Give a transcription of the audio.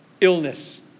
illness